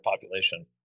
population